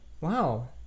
Wow